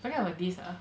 forget about this ah